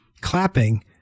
clapping